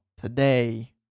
today